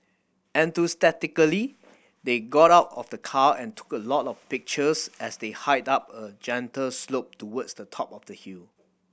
enthusiastically they got out of the car and took a lot of pictures as they hiked up a gentle slope towards the top of the hill